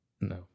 No